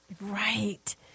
Right